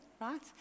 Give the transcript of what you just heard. right